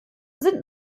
sind